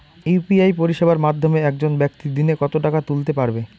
UPI পরিষেবার মাধ্যমে একজন ব্যাক্তি দিনে কত টাকা তুলতে পারবে?